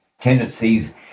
tendencies